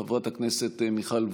חברת הכנסת מיכל וונש,